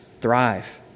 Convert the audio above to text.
thrive